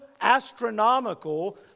astronomical